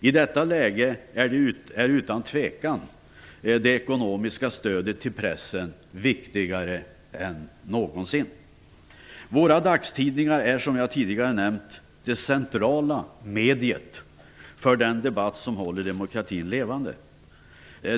I detta läge är otvivelaktigt det ekonomiska stödet till pressen viktigare än någonsin. Våra dagstidningar är, som jag tidigare nämnt, det centrala mediet för den debatt som håller demokratin levande.